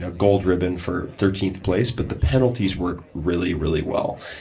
ah gold ribbon for thirteenth place. but the penalties work really, really well.